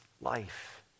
life